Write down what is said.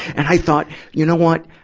and i thought, you know what?